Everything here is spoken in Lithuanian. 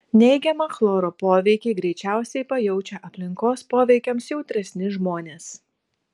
neigiamą chloro poveikį greičiausiai pajaučia aplinkos poveikiams jautresni žmonės